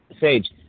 Sage